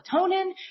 melatonin